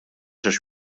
għax